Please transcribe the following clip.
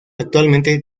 actualmente